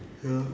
yeah lor